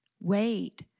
Wait